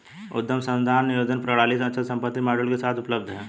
उद्यम संसाधन नियोजन प्रणालियाँ अचल संपत्ति मॉड्यूल के साथ उपलब्ध हैं